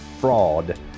fraud